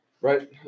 Right